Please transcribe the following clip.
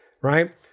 right